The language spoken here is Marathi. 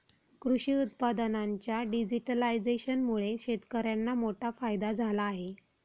कृषी उत्पादनांच्या डिजिटलायझेशनमुळे शेतकर्यांना मोठा फायदा झाला आहे